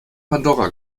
pandora